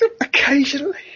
occasionally